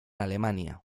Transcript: alemania